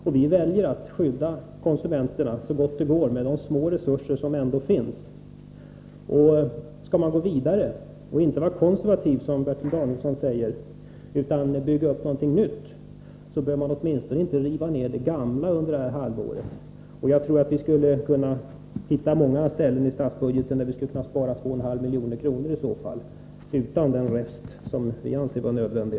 Vi väljer att skydda konsumenterna så gott det går med de små resurser som trots allt finns. Skall man gå vidare och, som Bertil Danielsson säger, inte vara konservativ utan bygga upp något nytt, bör man under detta halvår åtminstone inte riva ned det gamla. Jag tror att vi skulle kunna hitta många ställen i statsbudgeten där man skulle kunna spara in 2,5 milj.kr.